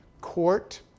court